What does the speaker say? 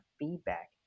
feedback